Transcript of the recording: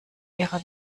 ihrer